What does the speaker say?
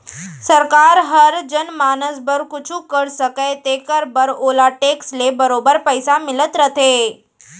सरकार हर जनमानस बर कुछु कर सकय तेकर बर ओला टेक्स ले बरोबर पइसा मिलत रथे